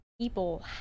people